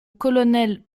colonel